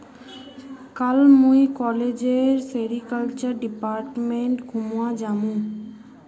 कल मुई कॉलेजेर सेरीकल्चर डिपार्टमेंट घूमवा जामु